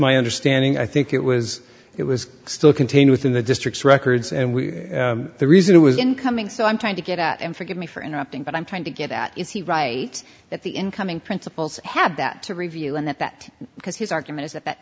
my understanding i think it was it was still contained within the district's records and we the reason it was incoming so i'm trying to get at him forgive me for interrupting but i'm trying to get at is he right that the incoming principals have that to review and that that because his argument is that that